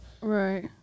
Right